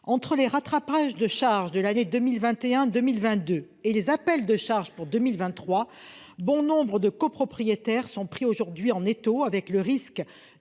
Entre les rattrapages de charges de l'année 2021-2022 et les appels de charges pour 2023, bon nombre de copropriétaires sont aujourd'hui pris en étau, avec le risque